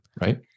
right